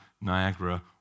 Niagara